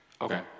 Okay